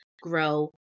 grow